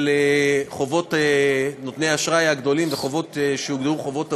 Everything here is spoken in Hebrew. חובות נותני האשראי הגדולים וחובות שהוגדרו חובות אבודים,